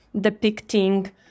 depicting